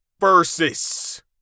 versus